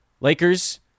Lakers